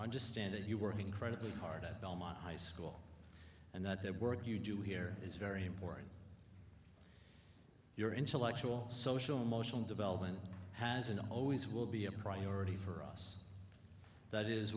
understand that you work incredibly hard at belmont high school and that their work you do here is very important your intellectual social emotional development has and always will be a priority for us that is